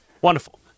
Wonderful